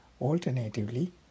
Alternatively